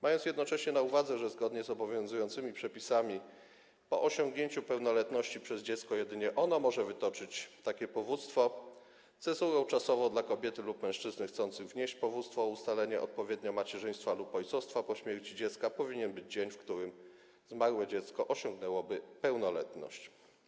Mając jednocześnie na uwadze, że zgodnie z obowiązującymi przepisami po osiągnięciu pełnoletności przez dziecko jedynie ono może wytoczyć takie powództwo, cezurą czasową dla kobiety lub mężczyzny chcących wnieść powództwo o ustalenie odpowiednio macierzyństwa lub ojcostwa po śmierci dziecka powinien być dzień, w którym zmarłe dziecko osiągnęłoby pełnoletniość.